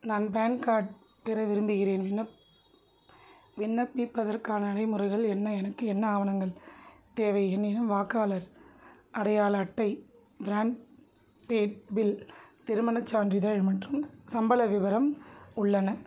நான் PAN card பெற விரும்புகிறேன் விண்ணப் விண்ணப்பிப்பதற்கான நடைமுறைகள் என்ன எனக்கு என்ன ஆவணங்கள் தேவை என்னிடம் வாக்காளர் அடையாள அட்டை ப்ராட்பேண்ட் பில் திருமணச் சான்றிதழ் மற்றும் சம்பள விவரம் உள்ளன